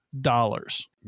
dollars